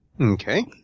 Okay